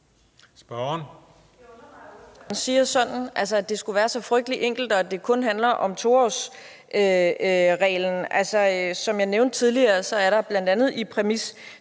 ordføreren siger, at det skulle være så frygtelig enkelt, og at det kun handler om 2-årsreglen. Som jeg nævnte tidligere, er der bl.a. i præmis